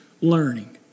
learning